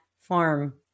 farm